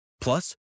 Plus